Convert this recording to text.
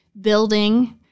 building